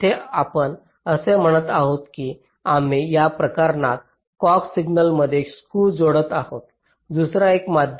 येथे आपण असे म्हणत आहात की आम्ही या प्रकरणात क्लॉक सिग्नलमध्ये स्क्यू जोडत आहोत दुसरा एक मध्यम